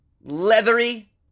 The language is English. leathery